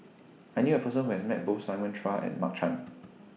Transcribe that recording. I knew A Person Who has Met Both Simon Chua and Mark Chan